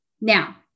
Now